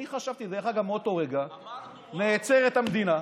אמרנו, אני חשבתי שמאותו רגע נעצרת המדינה,